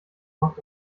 macht